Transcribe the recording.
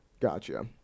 Gotcha